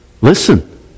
Listen